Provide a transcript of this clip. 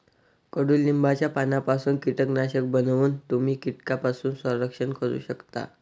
कडुलिंबाच्या पानांपासून कीटकनाशक बनवून तुम्ही कीटकांपासून संरक्षण करू शकता